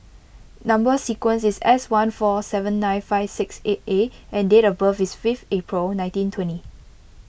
Number Sequence is S one four seven nine five six eight A and date of birth is five April nineteen twenty